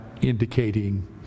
indicating